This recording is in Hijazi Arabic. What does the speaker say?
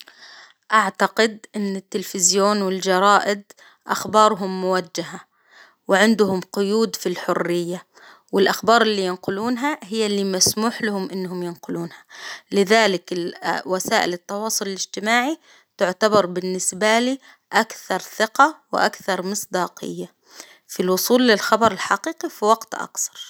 أعتقد إن التلفزيون والجرائد أخبارهم موجهة، وعندهم قيود في الحرية، والأخبار اللي ينقلونها هي اللي مسموح لهم إنهم ينقلونها، لذلك وسائل التواصل الاجتماعي تعتبر بالنسبة لي أكثر ثقة ،وأكثرمصداقية، في الوصول للخبر الحقيقي، في وقت أقصر.